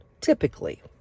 typically